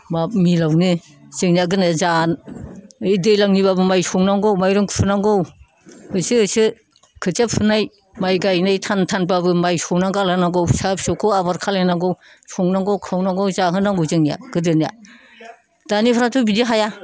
बा मिलावनो ओइ दैज्लांनिब्लाबो माइ सौनांगौ माइरं खुरनांगौ होसो होसो खोथिया फुनाय माइ गायनाय सान थांनब्लाबो माइ सौना गालांनांगौ फिसा फिसौखौ आबोर खालायनांगौ संनांगौ खावनांगौ जाहोनांगौ जोंनिया गोदोनिया दानिफ्राथ' बिदि हाया